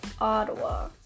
Ottawa